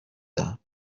دهم